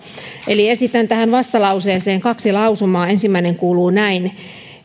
eli esitän tähän vastalauseeseen kaksi lausumaa ensimmäinen kuuluu näin